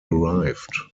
arrived